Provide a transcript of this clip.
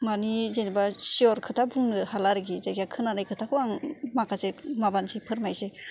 माने जेनेबा सिय'र खोथा नंगौना नङा बुंनो हालिया आरोखि जायखिजाया खोनानाय खोथाखौ आं माखासे माबानोसै फोरमायनोसै